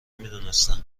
میدونستم